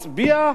הצביע,